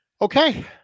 okay